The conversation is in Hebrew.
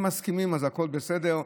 אם מסכימים אז הכול בסדר,